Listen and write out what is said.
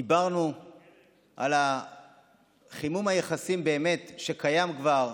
דיברנו על חימום היחסים, שקיים כבר,